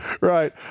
Right